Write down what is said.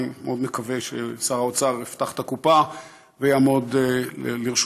אני מאוד מקווה ששר האוצר יפתח את הקופה ויעמוד לרשותו.